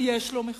ויש לו מחיר,